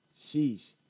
Sheesh